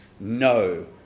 no